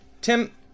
Tim